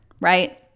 right